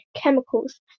chemicals